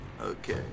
okay